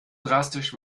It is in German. drastisch